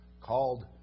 called